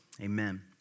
Amen